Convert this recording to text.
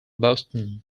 boston